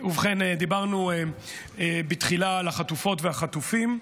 ובכן, דיברנו בתחילה על החטופות והחטופים,